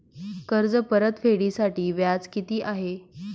कर्ज परतफेडीसाठी व्याज किती आहे?